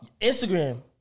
Instagram